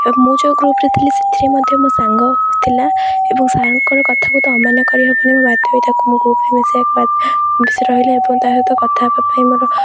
ଏବଂ ମୁଁ ଯେଉଁ ଗ୍ରୁପ୍ରେ ଥିଲି ସେଥିରେ ମଧ୍ୟ ମୋ ସାଙ୍ଗ ଥିଲା ଏବଂ ସାର୍ଙ୍କର କଥାକୁ ତ ଅମାନ କରି ହେବନି ମୁଁ ବାଧ୍ୟ ହୋଇ ତାକୁ ମୋ ଗ୍ରୁପ୍ରେ ମିଶାବାକୁ ମିଶି ରହିଲା ଏବଂ ତା' ସହିତ କଥା ହେବା ପାଇଁ ମୋର